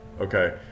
Okay